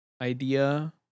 idea